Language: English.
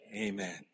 Amen